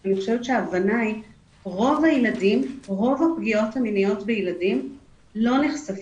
שאני חושבת שההבנה היא שרוב הפגיעות המיניות בילדים לא נחשפות.